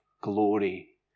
glory